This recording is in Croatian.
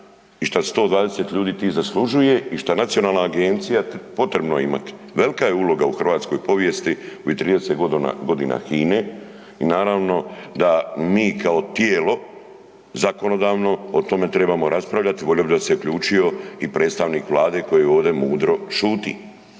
i šta 120 ljudi tih zaslužuje i što nacionalna agencija potrebno je imati. Velika je uloga u hrvatskoj povijesti ovih 30 godina HINE i naravno da mi kao tijelo zakonodavno o tome trebamo raspravljati, volio bi da se je uključio i predstavnik Vlade koji ovdje mudro šuti.